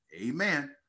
amen